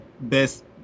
best